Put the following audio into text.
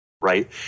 Right